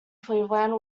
cleveland